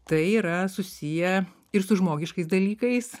tai yra susiję ir su žmogiškais dalykais